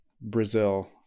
Brazil